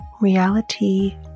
reality